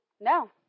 No